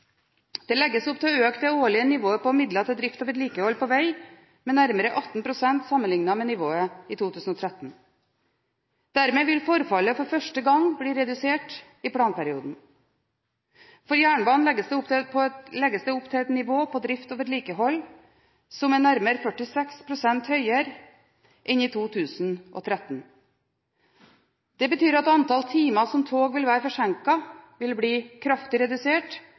Det legges opp til å øke det årlige nivået på midler til drift og vedlikehold på veg med nærmere 18 pst. sammenliknet med nivået i 2013. Dermed vil forfallet for første gang i planperioden bli redusert. For jernbanen legges det opp til et nivå på drift og vedlikehold som er nærmere 46 pst. høyere enn i 2013. Det betyr at antall timer som tog vil være forsinket, vil bli kraftig redusert,